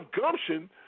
gumption